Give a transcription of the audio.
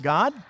God